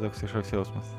toks kažkoks jausmas